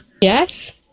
Yes